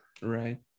Right